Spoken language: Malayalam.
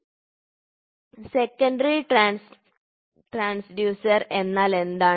ദ്വിതീയ ട്രാൻസ്ഫ്യൂസർ എന്നാൽ എന്താണ്